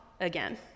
again